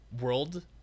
world